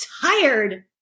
tired